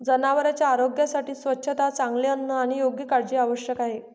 जनावरांच्या आरोग्यासाठी स्वच्छता, चांगले अन्न आणि योग्य काळजी आवश्यक आहे